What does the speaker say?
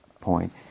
point